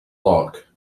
lock